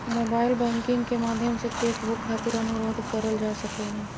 mobile banking के माध्यम से चेक बुक खातिर अनुरोध करल जा सको हय